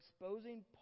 exposing